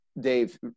Dave